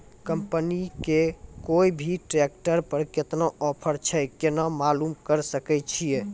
Company के कोय भी ट्रेक्टर पर केतना ऑफर छै केना मालूम करऽ सके छियै?